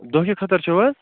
دۄہ کہِ خٲطرٕ چھِوا